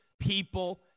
people